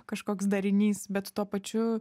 kažkoks darinys bet tuo pačiu